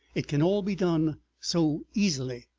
it can all be done so easily,